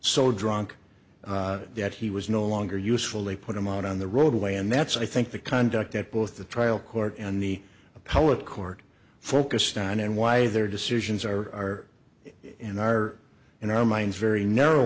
so drunk that he was no longer useful they put him out on the roadway and that's i think the conduct that both the trial court and the appellate court focused on and why their decisions are in our in our minds very narrow